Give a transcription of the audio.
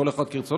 כל אחד כרצונו,